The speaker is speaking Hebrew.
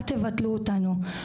אל תבטלו אותנו.